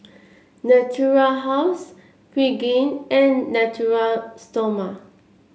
Natura House Pregain and Natura Stoma